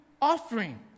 offering